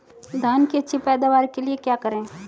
धान की अच्छी पैदावार के लिए क्या करें?